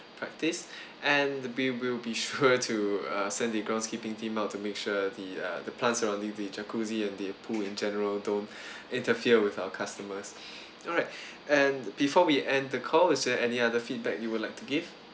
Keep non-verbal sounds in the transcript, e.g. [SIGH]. practice and we will be sure [LAUGHS] to uh send the grounds keeping team out to make sure the uh the plants surrounding the jacuzzi and the pool in general don't interfere with our customers alright and before we end the call is there any other feedback you would like to give